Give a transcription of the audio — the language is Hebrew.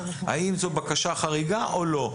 האם זו בקשה חריגה או לא.